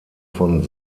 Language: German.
von